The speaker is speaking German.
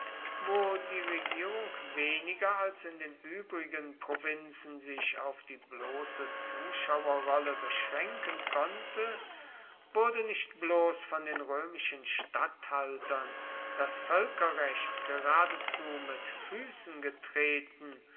wo die regierung weniger als in den übrigen provinzen sich auf die bloße zuschauerrolle beschränken konnte wurde nicht bloß von den römischen statthaltern das völkerrecht geradezu mit füßen getreten